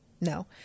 no